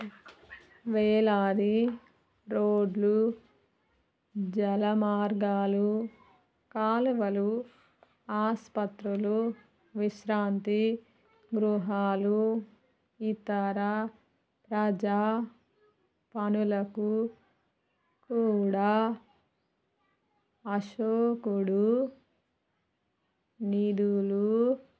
వేలాది రోడ్లు జలమార్గాలు కాలువలు ఆస్పత్రులు విశ్రాంతి గృహాలు ఇతర ప్రజా పనులకు కూడా అశోకుడు నిధులు